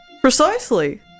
Precisely